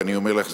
ואני אומר לך,